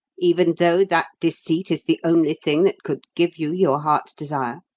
even though that deceit is the only thing that could give you your heart's desire?